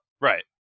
Right